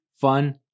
fun